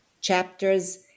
chapters